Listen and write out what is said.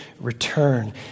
return